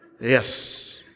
yes